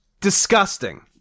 disgusting